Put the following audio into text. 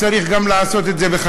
וצריך גם את זה לעשות בחקיקה.